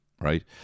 right